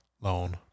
loan